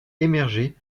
émergé